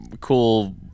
cool